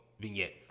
vignette